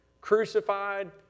crucified